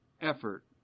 effort